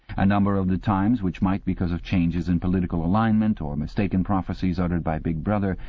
a number of the times which might, because of changes in political alignment, or mistaken prophecies uttered by big brother,